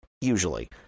usually